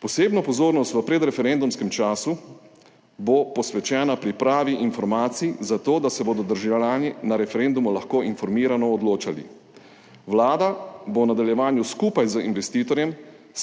Posebna pozornost v predreferendumskem času bo posvečena pripravi informacij za to, da se bodo državljani na referendumu lahko informirano odločali. Vlada bo v nadaljevanju skupaj z investitorjem